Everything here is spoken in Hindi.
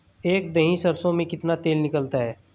एक दही सरसों में कितना तेल निकलता है?